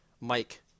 Mike